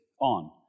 on